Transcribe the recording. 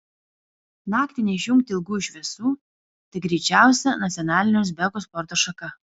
naktį neišjungti ilgųjų šviesų tai greičiausia nacionalinė uzbekų sporto šaka